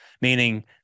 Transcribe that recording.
meaning